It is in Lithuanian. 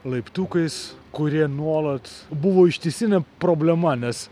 laiptukais kurie nuolat buvo ištisinė problema nes